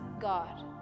God